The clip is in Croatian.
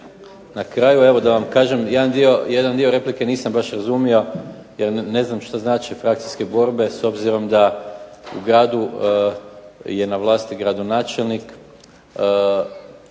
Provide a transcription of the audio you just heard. Na kraju, evo da vam kažem, jedan dio replike nisam baš razumio jer ne znam što znači frakcijske borbe s obzirom da u gradu je na vlasti gradonačelnik